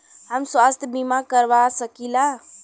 हम स्वास्थ्य बीमा करवा सकी ला?